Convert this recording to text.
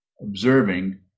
observing